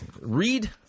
read